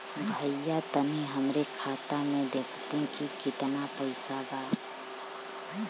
भईया तनि हमरे खाता में देखती की कितना पइसा बा?